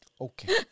okay